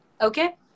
okay